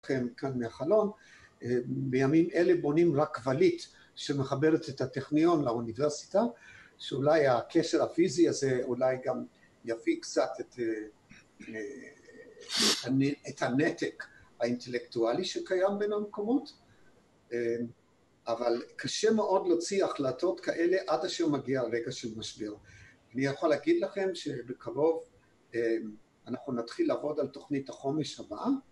כאן מהחלון, בימים אלה בונים רכבלית שמחברת את הטכניון לאוניברסיטה, שאולי הקשר הפיזי הזה אולי גם יפיג קצת את הנתק האינטלקטואלי שקיים בין המקומות. אבל קשה מאוד להוציא החלטות כאלה עד אשר מגיע הרגע של משבר. אני יכול להגיד לכם שבקרוב אנחנו נתחיל לעבוד על תוכנית החומש הבאה...